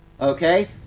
Okay